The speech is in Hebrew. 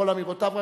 בכל אמירותיו.